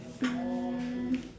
um